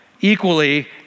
equally